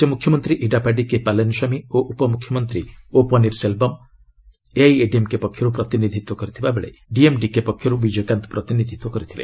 ରାଜ୍ୟ ମ୍ରଖ୍ୟମନ୍ତ୍ରୀ ଇଡାପାଡୀ କେ ପାଲାନିସ୍କାମୀ ଓ ଉପ ମ୍ରଖ୍ୟମନ୍ତ୍ରୀ ଓ ପନିର୍ସେଲ୍ଭମ୍ ଏଆଇଏଡିଏମ୍କେ ପକ୍ଷରୁ ପ୍ରତିନିଧିତ୍ୱ କରିଥିବାବେଳେ ଡିଏମ୍ଡିକେ ପକ୍ଷରୁ ବିଜୟକାନ୍ତ ପ୍ରତିନିଧିତ୍ୱ କରିଥିଲେ